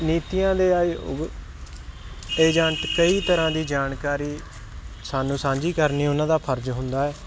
ਨੀਤੀਆਂ ਦੇ ਆ ਏ ਏਜੰਟ ਕਈ ਤਰ੍ਹਾਂ ਦੀ ਜਾਣਕਾਰੀ ਸਾਨੂੰ ਸਾਂਝੀ ਕਰਨੀ ਉਹਨਾਂ ਦਾ ਫਰਜ਼ ਹੁੰਦਾ